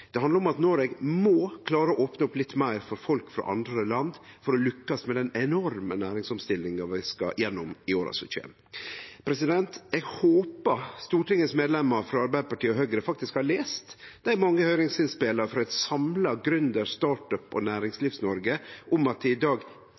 Det handlar om at Noreg må klare å opne opp litt meir for folk frå andre land for å kunne lukkast med den enorme næringsomstillinga vi skal gjennom i åra som kjem. Eg håpar Stortingets medlemar frå Arbeidarpartiet og Høgre faktisk har lese dei mange høyringsinnspela frå eit samla Gründer-, Startup- og